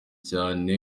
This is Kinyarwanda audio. cyane